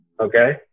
Okay